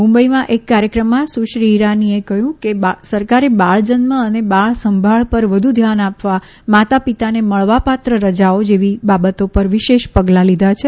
મુંબઈમાં એક કાર્યક્રમમાં સુશ્રી ઈરાનીએ કહ્યું કે સરકારે બાળજન્મ અને બાળસંભાળ પર વધુ ધ્યાન આપવા માતા પિતાને મળવાપાત્ર રજાઓ જેવી બાબતો પર વિશેષ પગલાં લીધા છે